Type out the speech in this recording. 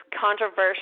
controversial